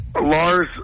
Lars